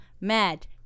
mad